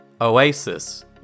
Oasis